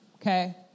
Okay